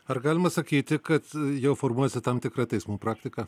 ar galima sakyti kad jau formuojasi tam tikra teismų praktika